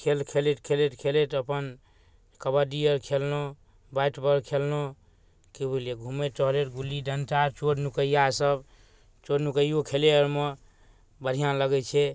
खेल खेलैत खेलैत खेलैत अपन कबड्डी आओर खेललहुँ बैट बॉल खेललहुँ कि बुझलिए घुमैत टहलैत गुल्ली डण्टा चोर नुकैआसब चोर नुकैओ आओर खेलैमे बढ़िआँ लगै छै